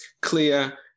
clear